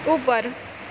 ઉપર